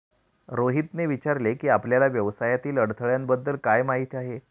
रोहितने विचारले की, आपल्याला व्यवसायातील अडथळ्यांबद्दल काय माहित आहे?